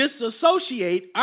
disassociate